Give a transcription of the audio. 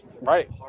Right